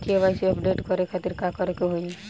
KYC update करे के खातिर का करे के होई?